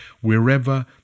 wherever